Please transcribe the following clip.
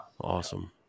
Awesome